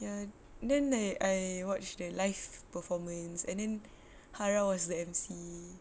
ya then like I watched the live performance and then hara was the emcee